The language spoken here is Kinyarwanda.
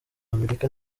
amerika